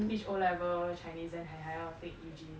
teach O level chinese then 还还要 take U_G